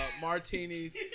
martinis